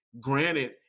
granted